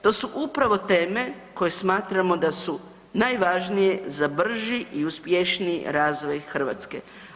To su upravo teme koje smatramo da su najvažnije za brži i uspješniji razvoj Hrvatske.